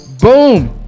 boom